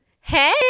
Hey